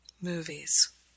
Movies